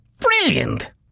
Brilliant